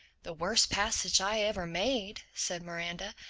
the worst passage i ever made, said miranda.